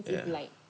yeah